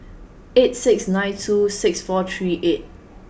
eight six nine two six four three eight